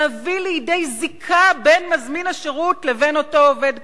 להביא לידי זיקה בין מזמין השירות לבין אותו עובד קבלן.